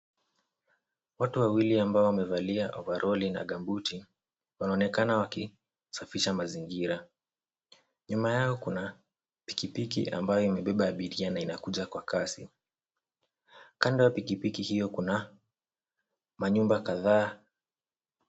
Watu wawili ambao wamevalia ovaroli na gambuti, wanaonekana wakisafisha mazingira. Nyuma yao kuna pikipiki ambayo imebeba abiria na inakuja kwa kasi. Kando ya pikipiki hiyo kuna manyumba kadhaa.